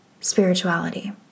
spirituality